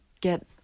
get